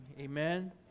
Amen